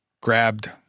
grabbed